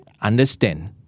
understand